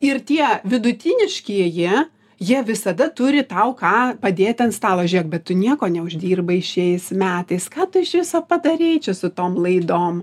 ir tie vidutiniškieji jie visada turi tau ką padėti ant stalo žiūrėk bet tu nieko neuždirbai šiais metais ką tu iš viso padarei čia su tom laidom